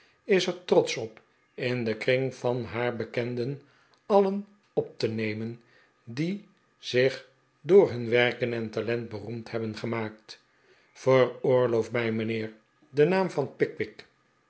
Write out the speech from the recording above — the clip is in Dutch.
is er trotsch op in den kring van haar bekenden alien op te nemen die zich door hun werken en talenten beroemd hebben gemaakt veroorloof mij mijnheer den naam van pickwick